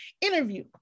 interview